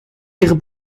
ihre